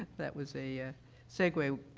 that was a segway.